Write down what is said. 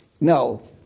no